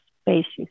spaces